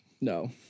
no